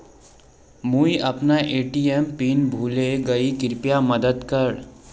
मुई अपना ATM pin भूले गही कृप्या मदद कर